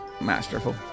masterful